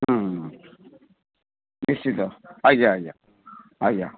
ହୁଁ ନିଶ୍ଚିତ ଆଜ୍ଞା ଆଜ୍ଞା ଆଜ୍ଞା